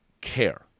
care